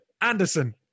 Anderson